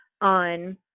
on